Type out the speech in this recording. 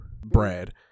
Brad